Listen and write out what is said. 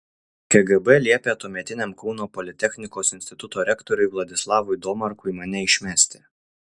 kgb liepė tuometiniam kauno politechnikos instituto rektoriui vladislavui domarkui mane išmesti